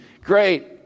Great